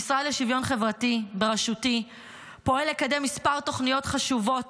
המשרד לשוויון חברתי בראשותי פועל לקדם כמה תוכניות חשובות